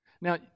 Now